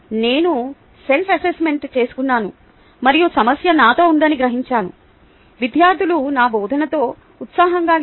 నేను self assessment చేసుకున్నాను మరియు సమస్య నాతో ఉందని గ్రహించాను విద్యార్థులు నా బోధనతో ఉత్సాహంగా లేరు